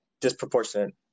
disproportionate